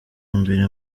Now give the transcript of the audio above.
mbere